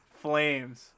Flames